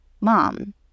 mom